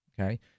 okay